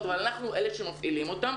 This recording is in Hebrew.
אבל אנחנו אלה שמפעילים אותם,